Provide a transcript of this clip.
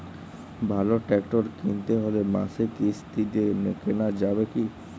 ভালো ট্রাক্টর কিনতে হলে মাসিক কিস্তিতে কেনা যাবে কি?